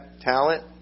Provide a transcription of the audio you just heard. talent